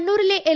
കണ്ണൂരിലെ എൽ